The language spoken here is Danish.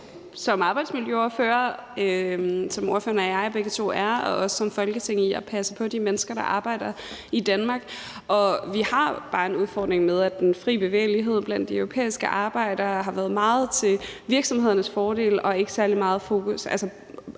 som arbejdsmiljøordførere, som ordføreren og jeg begge to er, og også som Folketing for at passe på de mennesker, der arbejder i Danmark. Vi har bare en udfordring med, at den fri bevægelighed blandt de europæiske arbejdere har været meget til virksomhedernes fordel. Der har været